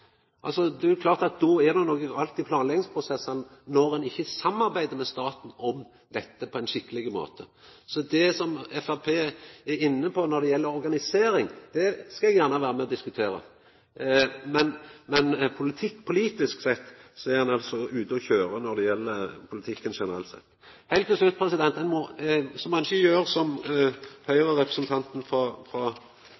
Det er klart at det er noko gale i planleggingsprosessane når ein ikkje samarbeider med staten om dette på ein skikkeleg måte. Så det som Framstegspartiet er inne på når det gjeld organisering, skal eg gjerne vera med og diskutera, men ein er altså ute å kjøra når det gjeld politikken generelt sett. Heilt til slutt: Ein må ikkje gjera som Høgre-representanten frå Møre og Romsdal gjer,